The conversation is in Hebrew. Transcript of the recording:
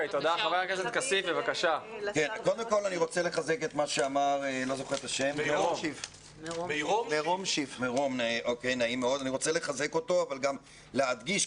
אני רוצה לחזק את מה שאמר מירום שיף אבל גם להדגיש,